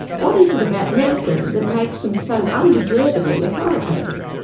what is it about medicine that makes them so undeservedly authoritative?